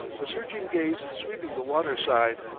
a searching gaze sweeping the waterside.